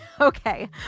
Okay